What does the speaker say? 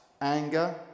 anger